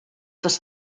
this